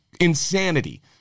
insanity